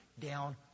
down